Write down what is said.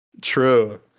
True